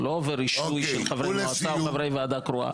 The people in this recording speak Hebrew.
הוא לא עובר אישור של חברי מועצה או חברי ועדה קרואה.